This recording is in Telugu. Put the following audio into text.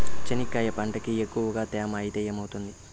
చెనక్కాయ పంటకి ఎక్కువగా తేమ ఐతే ఏమవుతుంది?